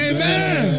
Amen